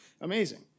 Amazing